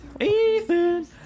Ethan